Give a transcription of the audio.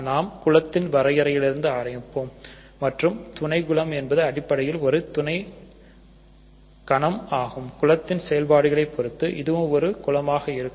நாம் குலத்தின் வரையறையிலிருந்து ஆரம்பிப்போம் மற்றும் துணை குலம் என்பது அடிப்படையில் ஒரு துணைக் கணம் குலத்தின் செயல்பாடுகளை பொறுத்து இதுவும் ஒரு குலமாக இருக்கும்